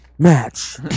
Match